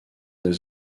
des